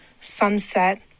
sunset